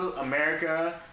America-